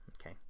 Okay